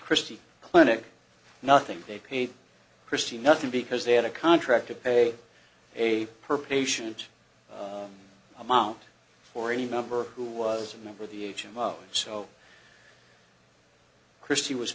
christie clinic nothing they paid christie nothing because they had a contract to pay a per patient amount for any member who was a member of the h m o so christy was